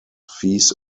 fees